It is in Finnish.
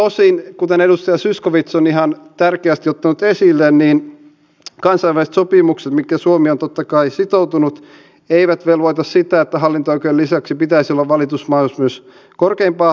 tosin kuten edustaja zyskowicz on ihan tärkeästi ottanut esille kansainväliset sopimukset mihin suomi on totta kai sitoutunut eivät velvoita sitä että hallinto oikeuden lisäksi pitäisi olla valitusmahdollisuus myös korkeimpaan hallinto oikeuteen